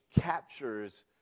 captures